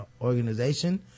organization